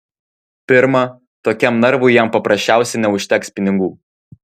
pirma tokiam narvui jam paprasčiausiai neužteks pinigų